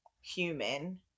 human